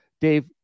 Dave